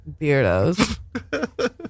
Beardos